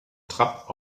trapp